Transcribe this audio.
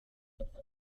yes